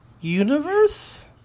universe